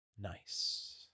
Nice